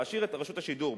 להשאיר את רשות השידור,